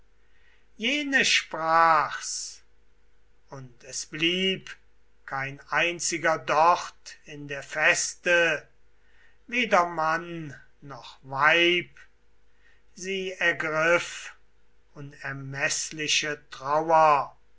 jene sprach's und es blieb kein einziger dort in der feste weder mann noch weib sie ergriff unermeßliche trauer